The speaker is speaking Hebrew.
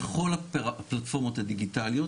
בכל הפלטפורמות הדיגיטליות,